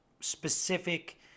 specific